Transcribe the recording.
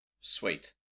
Sweet